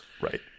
Right